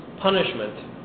punishment